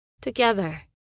together